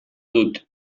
dut